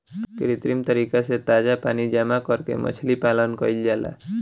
कृत्रिम तरीका से ताजा पानी जामा करके मछली पालन कईल जाला